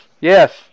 yes